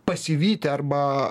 pasivyti arba